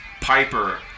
Piper